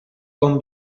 con